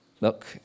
Look